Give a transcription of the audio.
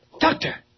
Doctor